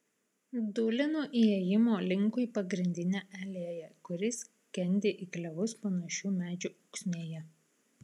dūlinu įėjimo linkui pagrindine alėja kuri skendi į klevus panašių medžių ūksmėje